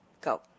go